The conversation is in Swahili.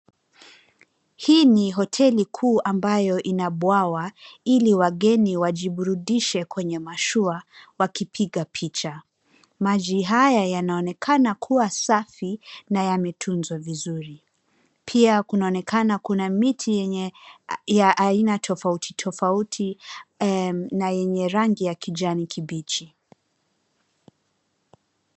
Hii ni hoteli kuu ambayo ina bwawa ili wageni wajiburudishe kwenye mashua wakipiga picha. Maji haya yanaonekana kuwa safi na yametunzwa vizuri. Pia kunaonekana kuna miti ya aina tofautitofauti na yenye rangi ya kijani kibichi.